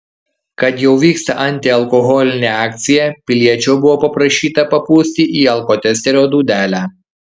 kad jau vyksta antialkoholinė akcija piliečio buvo paprašyta papūsti į alkotesterio dūdelę